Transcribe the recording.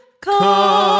Come